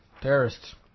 Terrorists